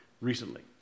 recently